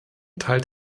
teilt